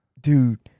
Dude